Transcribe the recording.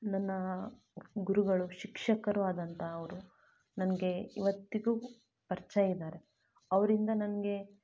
ನನ್ನ ಗುರುಗಳು ಶಿಕ್ಷಕರೂ ಆದಂಥ ಅವರು ನನಗೆ ಇವತ್ತಿಗೂ ಪರಿಚಯ ಇದ್ದಾರೆ ಅವರಿಂದ ನನಗೆ